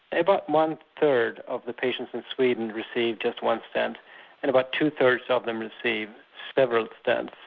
about one third of the patients in sweden received just one stent and about two thirds of them received several stents.